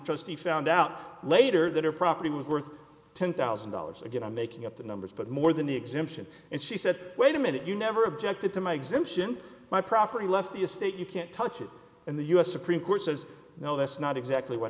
trustee found out later that her property was worth ten thousand dollars and get on making up the numbers but more than the exemption and she said wait a minute you never objected to my exemption my property left the estate you can't touch it in the u s supreme court says well that's not exactly what